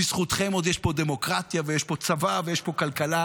בזכותכם עוד יש פה דמוקרטיה ויש פה צבא ויש פה כלכלה.